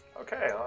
Okay